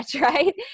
right